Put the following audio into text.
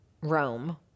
Rome